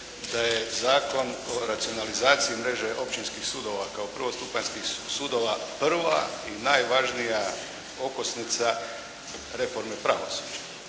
da je Zakon o racionalizaciji mreži općinskih sudova kao prvostupanjskih sudova prva i najvažnija okosnica reforme pravosuđa.